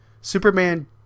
Superman